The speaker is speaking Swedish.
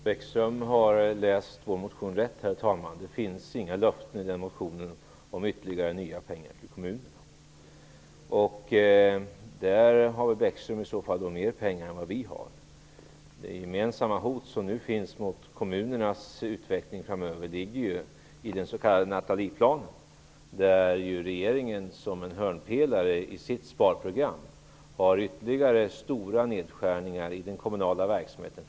Herr talman! Bäckström har läst rätt i vår motion. Det finns inga löften i den motionen om ytterligare pengar till kommunerna. Där verkar Bäckström ha tillgång till mer pengar än vad vi har. Det gemensamma hot som finns mot kommunernas utveckling framöver ligger i den s.k. Nathalieplanen. Regeringen har som hörnpelare i sparprogrammet ytterligare stora nedskärningar i den kommunala verksamheten.